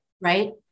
Right